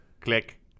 Click